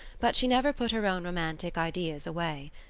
but she never put her own romantic ideas away.